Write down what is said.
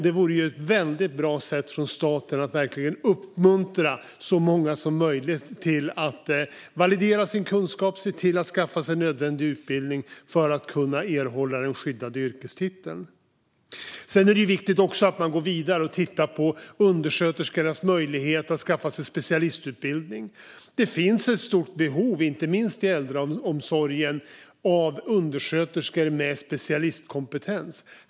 Det vore ett bra sätt från statens sida att verkligen uppmuntra så många som möjligt till att validera sin kunskap och se till att skaffa sig nödvändig utbildning för att erhålla den skyddade yrkestiteln. Sedan är det viktigt att gå vidare och titta på undersköterskornas möjlighet att skaffa sig en specialistutbildning. Det finns ett stort behov, inte minst i äldreomsorgen, av undersköterskor med specialistkompetens.